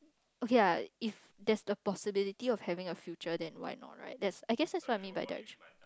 okay lah if there's the possibility of having a future then why not right that's I guess that's what I mean by that